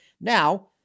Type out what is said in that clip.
Now